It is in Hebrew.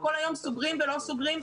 כל היום סוגרים ולא סוגרים.